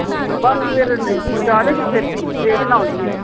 ਠੀਕ ਹੈ ਬਸ ਫਿਰ ਨਹੀਂ ਪਹੁੰਚਾ ਦਏਗੀ ਛੇਤੀ ਲੇਟ ਨਾ ਹੋ ਜਾਈਏ